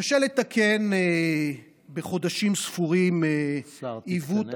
קשה לתקן בחודשים ספורים, השר, תתכנס בבקשה.